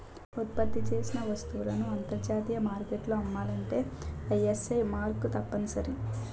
ఉత్పత్తి చేసిన వస్తువులను అంతర్జాతీయ మార్కెట్లో అమ్మాలంటే ఐఎస్ఐ మార్కు తప్పనిసరి